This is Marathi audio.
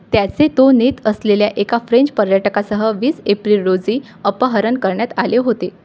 त्याचे तो नेत असलेल्या एका फ्रेंच पर्यटकासह वीस एप्रिल रोजी अपहरण करण्यात आले होते